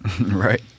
Right